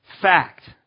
fact